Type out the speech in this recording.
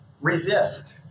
resist